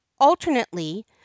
alternately